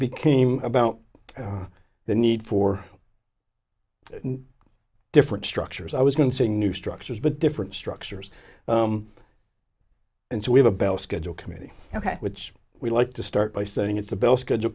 became about the need for different structures i was going to sing new structures but different structures and so we have a bell schedule committee ok which we like to start by saying it's a bell schedule